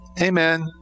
Amen